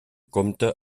compta